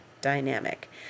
dynamic